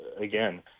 again